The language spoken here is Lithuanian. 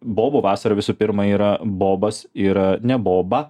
bobų vasara visų pirma yra bobas yra ne boba